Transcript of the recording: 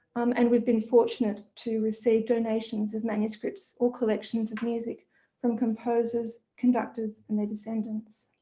and we've been fortunate to receive donations of manuscripts or collections of music from composers, conductors and their descendants.